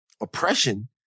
oppression